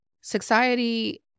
Society